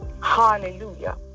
hallelujah